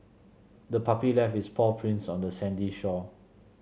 the puppy left its paw prints on the sandy shore